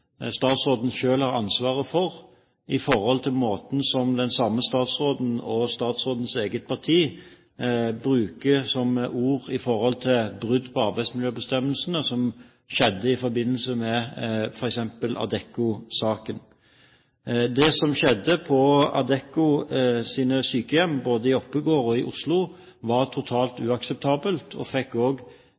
statsråden selv har ansvaret for, når det gjelder hvilke ord den samme statsråden og statsrådens eget parti bruker om bruddet på arbeidsmiljøbestemmelsene som skjedde i f.eks. Adecco-saken. Det som skjedde på Adeccos sykehjem, både i Oppegård og i Oslo, var totalt uakseptabelt, og det fikk